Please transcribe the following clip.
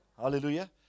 hallelujah